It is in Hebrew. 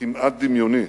הכמעט-דמיוני